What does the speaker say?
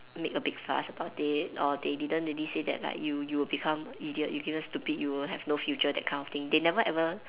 make a big fuss about it or they didn't really say that like you you will become idiot you become stupid you will have no future that kind of thing they never ever